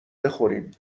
بخوریم